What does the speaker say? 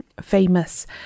famous